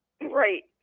Right